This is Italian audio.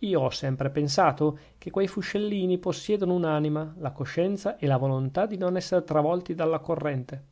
io ho sempre pensato che quei fuscellini possiedano un'anima la coscienza e la volontà di non essere travolti dalla corrente